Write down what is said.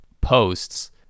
posts